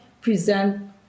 present